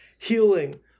Healing